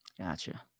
Gotcha